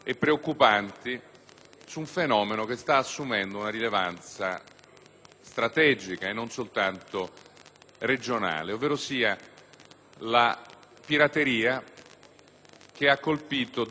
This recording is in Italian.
su un fenomeno che sta assumendo una rilevanza strategica e non soltanto regionale, ovverosia la prateria che ha colpito decine